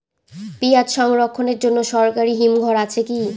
পিয়াজ সংরক্ষণের জন্য সরকারি হিমঘর আছে কি?